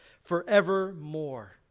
forevermore